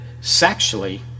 sexually